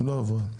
לא עברה.